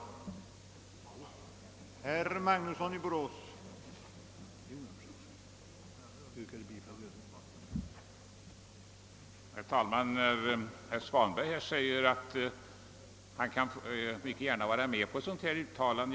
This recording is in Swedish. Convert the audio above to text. Jag ber att få yrka bifall till utskottets hemställan.